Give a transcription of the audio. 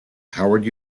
howard